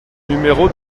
numéro